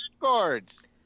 cards